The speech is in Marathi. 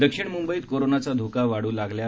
दक्षिण मुंबईत कोरोनाचा धोका वाढू लागला आहे